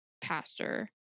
pastor